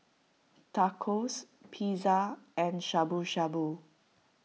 Tacos Pizza and Shabu Shabu